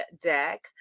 deck